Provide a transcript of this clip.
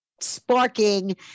sparking